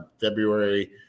February